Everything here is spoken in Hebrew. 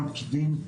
גם פקידים,